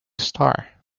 star